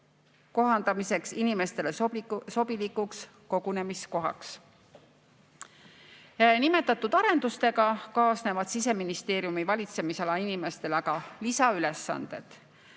kohandamiseks inimestele sobilikuks kogunemiskohaks. Nimetatud arendustega kaasnevad Siseministeeriumi valitsemisala inimestele aga lisaülesanded.